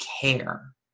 care